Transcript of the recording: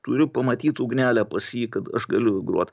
turiu pamatyt ugnelę pas jį kad aš galiu grot